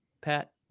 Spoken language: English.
Pat